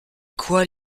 quoi